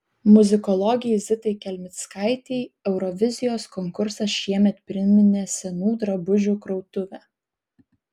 muzikologei zitai kelmickaitei eurovizijos konkursas šiemet priminė senų drabužių krautuvę